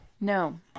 No